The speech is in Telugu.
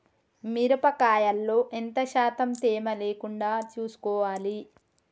మిరప కాయల్లో ఎంత శాతం తేమ లేకుండా చూసుకోవాలి?